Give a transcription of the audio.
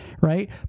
right